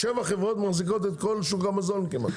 שבע חברות מחזיקות את כל המזון כמעט.